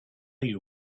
you